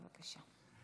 בבקשה.